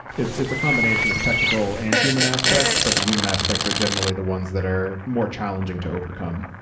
it's it's a combination of technical and human aspects, but the human aspects are generally the ones that are more challenging to overcome.